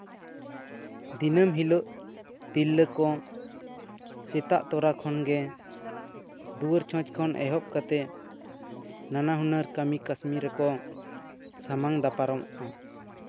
ᱫᱤᱱᱟᱹᱢ ᱦᱤᱞᱳᱜ ᱛᱤᱨᱞᱟᱹ ᱠᱚ ᱥᱮᱛᱟᱜ ᱛᱚᱨᱟ ᱠᱷᱚᱱᱜᱮ ᱫᱩᱣᱟᱹᱨ ᱪᱷᱚᱸᱪ ᱠᱷᱚᱱ ᱮᱦᱚᱵ ᱠᱟᱛᱮᱜ ᱱᱟᱱᱟ ᱦᱩᱱᱟᱹᱨ ᱠᱟᱹᱢᱤ ᱠᱟᱹᱥᱱᱤ ᱨᱮᱠᱚ ᱥᱟᱢᱟᱝ ᱫᱟᱯᱟᱨᱚᱢᱚᱜᱼᱟ